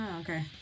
okay